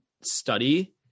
study